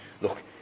look